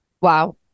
Wow